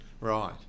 Right